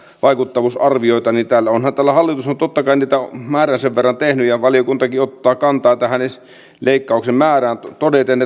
vaikuttavuusarvioita niin onhan täällä hallitus on totta kai niitä määrällisen verran tehnyt ja valiokuntakin ottaa kantaa tähän leikkauksen määrään todeten